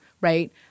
right